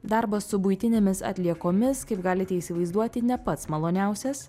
darbas su buitinėmis atliekomis kaip galite įsivaizduoti ne pats maloniausias